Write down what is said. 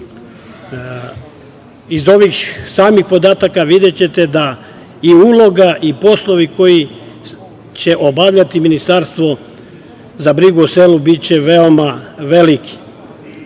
Iz ovih podataka videćete da i uloga i poslovi koje će obavljati ministarstvo za brigu o selu biće veoma